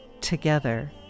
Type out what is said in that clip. together